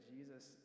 Jesus